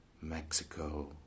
Mexico